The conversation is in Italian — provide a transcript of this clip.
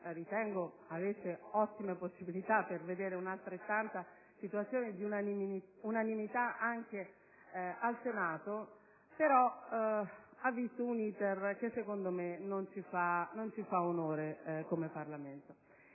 ritengo avesse ottime possibilità per vedere una corrispondente situazione di unanimità anche al Senato, ha però visto un *iter* che, secondo me, non ci fa onore come Parlamento.